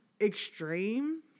extreme